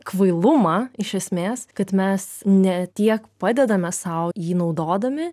kvailumą iš esmės kad mes ne tiek padedame sau jį naudodami